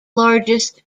largest